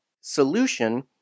solution